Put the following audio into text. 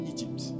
Egypt